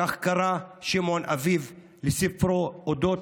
קרא לכך שמעון אביבי בספרו על אודות